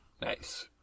Nice